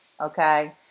okay